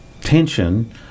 tension